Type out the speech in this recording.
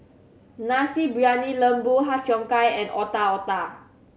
Nasi Briyani Lembu Har Cheong Gai and Otak Otak